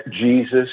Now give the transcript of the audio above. Jesus